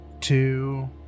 Two